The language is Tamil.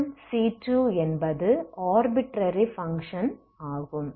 c1 c2என்பது ஆர்பிட்ரரி பங்க்ஷன் ஆகும்